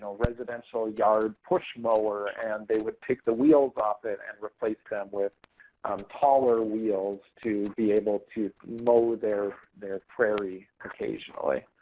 ah residential yard push mower. and they would take the wheels off it and replace them with um taller wheels to be able to mow their their prairie occasionally.